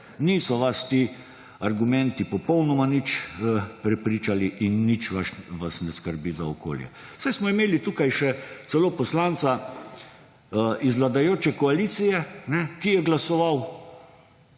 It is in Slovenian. Niso vas ti argumenti popolnoma nič prepričali in nič vas ne skrbi za okolje. Saj smo imeli tukaj še celo poslanca iz vladajoče koalicije, ki je glasoval